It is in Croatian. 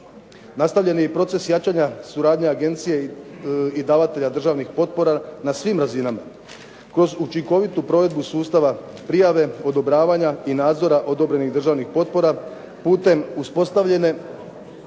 Nastavljen je i proces jačanja suradnje agencije i davatelja državnih potpora na svim razinama. Kroz učinkovitu provedbu sustava prijave, odobravanja i nadzora odobrenih državnih potpora putem uspostavljene